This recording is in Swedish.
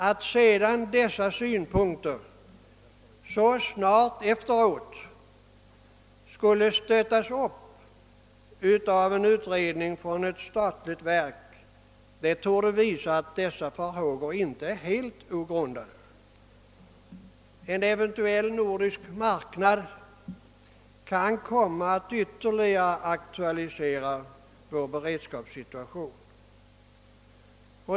Att sedan dessa synpunkter så snart efteråt stöttades upp av en utredning av ett statligt verk torde visa att dessa farhågor inte är helt ogrundade. En eventuell nordisk marknad kan komma att ytterligare aktualisera vår beredskapssituation.